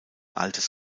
altes